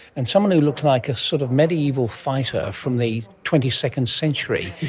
and someone who looks like a sort of mediaeval fighter from the twenty second century.